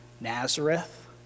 Nazareth